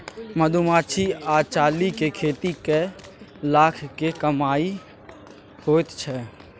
मधुमाछी वा चालीक खेती कए लाखक लाख कमाई होइत छै